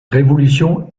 révolution